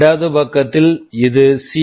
இடது பக்கத்தில் இது சி